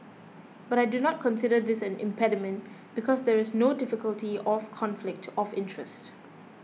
but I do not consider this an impediment because there is no difficulty of conflict of interest